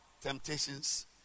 temptations